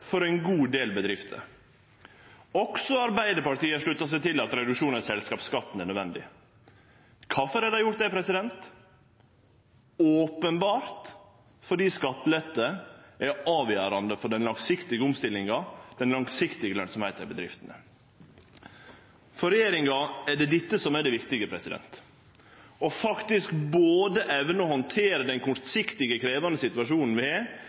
for ein god del bedrifter. Også Arbeidarpartiet har slutta seg til at reduksjon av selskapsskatten er nødvendig. Kvifor har dei gjort det? Openbert fordi skattelette er avgjerande for den langsiktige omstillinga, den langsiktige lønsemda i bedriftene. For regjeringa er det dette som er det viktige – faktisk å evne både å handtere den kortsiktige krevjande situasjonen vi har